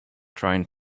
trying